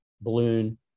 balloon